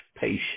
patience